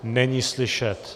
Není slyšet.